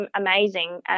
amazing